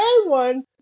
one